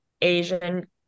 Asian